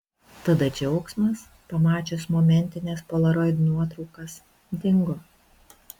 tada džiaugsmas pamačius momentines polaroido nuotraukas dingo